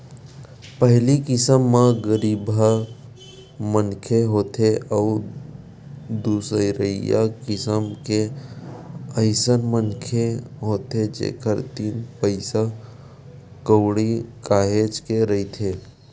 पहिली किसम म गरीबहा मनखे होथे अउ दूसरइया किसम के अइसन मनखे होथे जेखर तीर पइसा कउड़ी काहेच के रहिथे